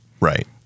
Right